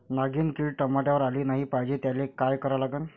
नागिन किड टमाट्यावर आली नाही पाहिजे त्याले काय करा लागन?